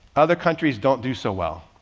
other countries don't do so well.